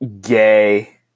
gay